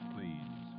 Please